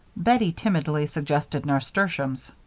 bettie timidly suggested nasturtiums.